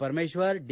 Parameshwar D